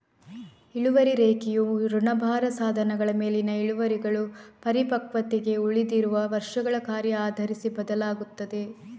ಇಳುವರಿ ರೇಖೆಯು ಋಣಭಾರ ಸಾಧನಗಳ ಮೇಲಿನ ಇಳುವರಿಗಳು ಪರಿಪಕ್ವತೆಗೆ ಉಳಿದಿರುವ ವರ್ಷಗಳ ಕಾರ್ಯ ಆಧರಿಸಿ ಬದಲಾಗುತ್ತದೆ